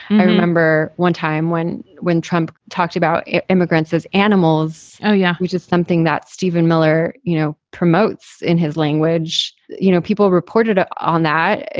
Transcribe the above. i remember one time when when trump talked about immigrants as animals. oh, yeah. which is something that stephen miller you know promotes in his language. you know, people reported ah on that,